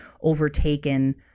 overtaken